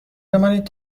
بمانید